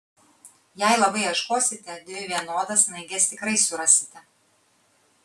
jei labai ieškosite dvi vienodas snaiges tikrai surasite